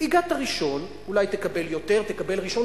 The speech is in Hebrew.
הגעת ראשון, אולי תקבל יותר, תקבל ראשון.